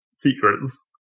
secrets